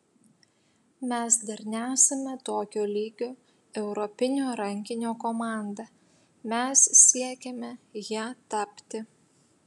mes dar nesame tokio lygio europinio rankinio komanda mes siekiame ja tapti